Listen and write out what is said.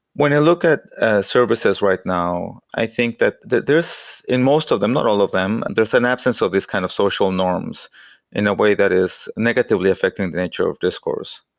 when i look at services right now, i think that that in most of them, not all of them, and there's an absence of these kind of social norms in a way that is negatively affecting the nature of discourse.